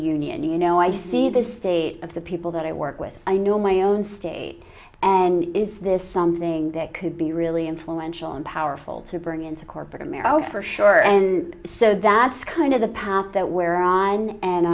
union you know i see the state of the people that i work with i know my own state and is this something that could be really influential and powerful to bring into corporate america for sure and so that's kind of the path that where i and